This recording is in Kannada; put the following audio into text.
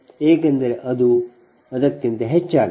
ಏಕೆಂದರೆ ಅದು ಅದಕ್ಕಿಂತ ಹೆಚ್ಚಾಗಿದೆ